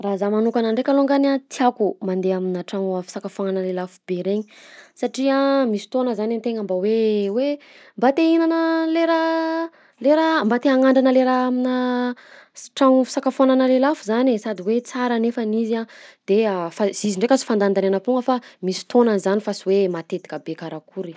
Raha zaho manokana ndray kalongany a, tiako mandeha aminà tragno fisakafoagnana le lafo be regny, satria misy fotoana zany an-tegna mba hoe hoe mba te hihinana an'le raha le raha mba te hagnandrana le raha aminà s- tragno fisakafoagnana le lafo zany e, sady hoe tsara nefany izy a, de fa izy ndraika sy fandanindanianam-poagna fa misy fotoanany zany fa sy hoe matetika be karakory.